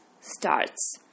starts